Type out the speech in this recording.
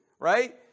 right